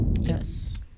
Yes